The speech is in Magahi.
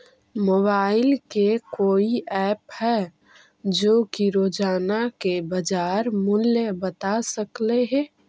मोबाईल के कोइ एप है जो कि रोजाना के बाजार मुलय बता सकले हे?